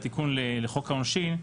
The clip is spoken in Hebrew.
התיקון לחוק העונשין,